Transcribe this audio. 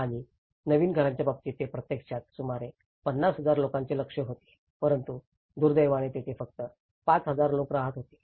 आणि नवीन घरांच्या बाबतीत ते प्रत्यक्षात सुमारे 50000 लोकांचे लक्ष्य होते परंतु दुर्दैवाने तेथे फक्त 5000 लोक राहत होते